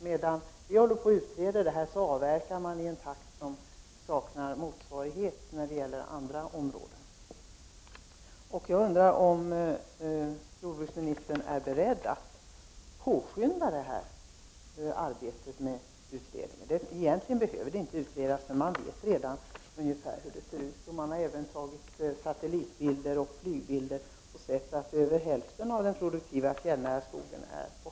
Medan vi håller på att utreda saken avverkar man i en takt som saknar motsvarighet inom andra områden. Jag undrar om jordbruksministern är beredd att påskynda utredningsarbetet. Egentligen behöver frågan inte utredas, för vi vet redan nu hur det ser ut. Det har även tagits satellitbilder och flygbilder, där man kan se att över hälften av den produktiva fjällnära skogen är borta.